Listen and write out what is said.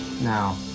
Now